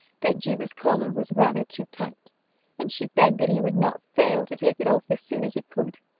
that juba's collar was rather too tight and she begged that he would not fail to take it off as soon as he could.